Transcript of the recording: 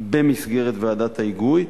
במסגרת ועדת ההיגוי,